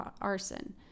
arson